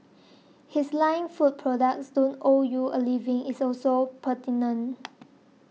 his line food companies don't owe you a living is also pertinent